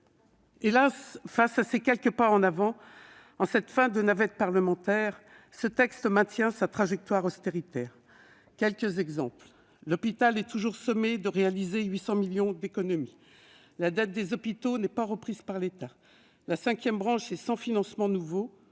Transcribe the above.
Hélas, face à ces quelques pas en avant, en cette fin de navette parlementaire, ce texte maintient sa trajectoire austéritaire. Voici quelques exemples : l'hôpital est toujours sommé de réaliser 800 millions d'économies ; la dette des hôpitaux n'est pas reprise par l'État ; la cinquième branche ne dispose pas de financements nouveaux,